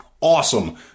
awesome